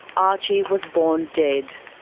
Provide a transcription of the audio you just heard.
archie was born dead.